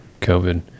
covid